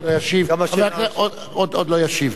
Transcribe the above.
אדוני ישיב, עוד לא ישיב.